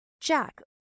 Jack